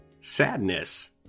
Sadness